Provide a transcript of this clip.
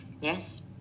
Yes